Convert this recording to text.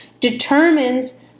determines